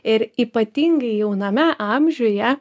ir ypatingai jauname amžiuje